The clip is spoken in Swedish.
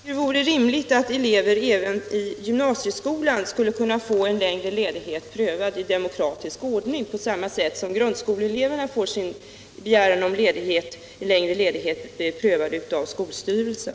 Herr talman! Jag tycker det vore rimligt att elever även i gymnasieskolan skulle kunna få begäran om längre ledighet prövad i demokratisk ordning på samma sätt som grundskoleelever får begäran om längre ledighet prövad av skolstyrelsen.